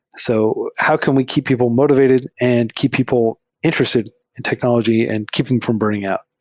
so how can we keep people motivated and keep people interested in technology and keep them from burning out?